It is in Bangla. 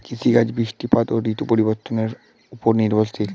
কৃষিকাজ বৃষ্টিপাত ও ঋতু পরিবর্তনের উপর নির্ভরশীল